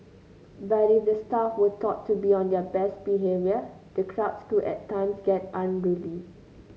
but if the staff were taught to be on their best behaviour the crowds could at times get unruly